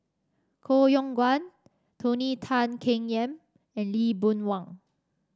Koh Yong Guan Tony Tan Keng Yam and Lee Boon Wang